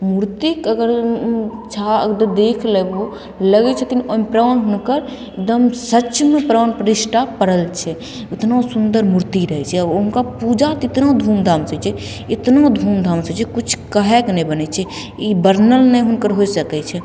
मूर्तिके अगर देख लेबहु लगय छथिन ओइमे प्राण हुनकर एकदम सचमे प्राण प्रतिष्ठा पड़ल छै इतना सुन्दर मूर्ति रहय छै आओर हुनकर पूजा तऽ इतना धूमधामसँ होइ छै इतना धूमधामसँ होइ छै किछु कहयके नहि बनय छै ई वर्णन नहि हुनकर होइ सकय छै